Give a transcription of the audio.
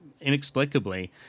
inexplicably